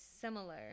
similar